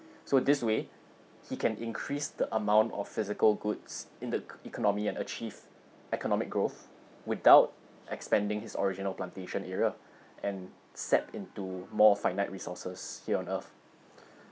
so this way he can increase the amount of physical goods in the economy and achieve economic growth without expanding his original plantation area and sap into more finite resources here on earth